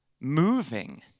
moving